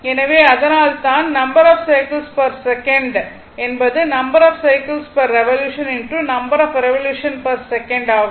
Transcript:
எனவே அதனால்தான் number of cycles per second என்பது number of cycles per revolution number of revolution per second ஆகும்